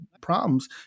problems